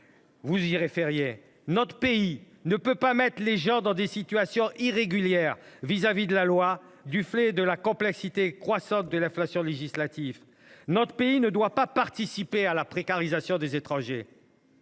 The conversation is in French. Buffet. Notre pays ne peut pas mettre les gens dans des situations irrégulières au regard de la loi à cause de la complexité croissante du droit et de l’inflation législative. Notre pays ne doit pas participer à la précarisation des étrangers.